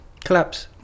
Collapse